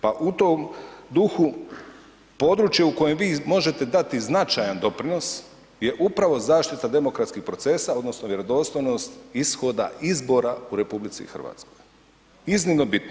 Pa u tom duhu područje u kojem vi možete dati značajan doprinos je upravo zaštita demokratskih procesa odnosno vjerodostojnost ishoda izbora u RH, iznimno bitno.